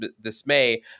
dismay